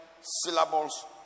syllables